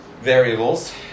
variables